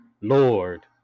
Lord